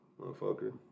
Motherfucker